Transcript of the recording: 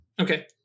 Okay